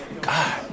God